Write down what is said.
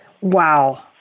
Wow